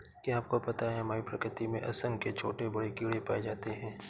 क्या आपको पता है हमारी प्रकृति में असंख्य छोटे बड़े कीड़े पाए जाते हैं?